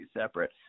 separate